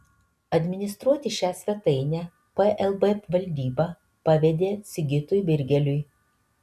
administruoti šią svetainę plb valdyba pavedė sigitui birgeliui